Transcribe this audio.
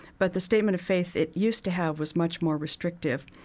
but the statement of faith it used to have was much more restrictive.